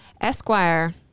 Esquire